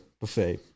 buffet